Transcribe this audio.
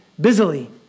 busily